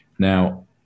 Now